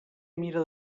mira